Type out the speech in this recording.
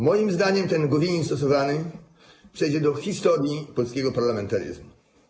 Moim zdaniem ten gowinizm stosowany przejdzie do historii polskiego parlamentaryzmu.